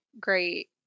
great